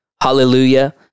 Hallelujah